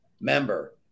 member